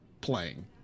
playing